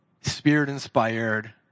Spirit-inspired